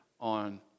on